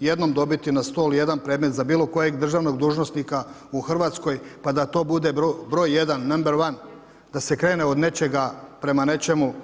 jednom dobiti na stol jedan predmet za bilo kojeg državnog dužnosnika u Hrvatskoj pa da to bude broj jedan, number one, da se krene od nečega prema nečemu.